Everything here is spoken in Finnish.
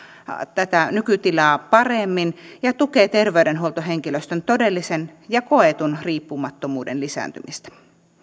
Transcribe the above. tätä nykytilaa paremmin ja tukee terveydenhuoltohenkilöstön todellisen ja koetun riippumattomuuden lisääntymistä